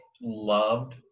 loved